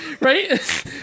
Right